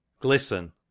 glisten